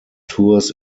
tours